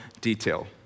detail